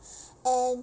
and